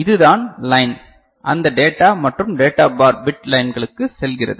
இது தான் லைன் அந்த டேட்டா மற்றும் டேட்டா பார் பிட் லைன்களுக்கு செல்கிறது